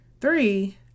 three